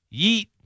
yeet